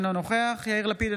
אינו נוכח יאיר לפיד,